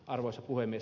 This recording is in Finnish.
arvoisa puhemies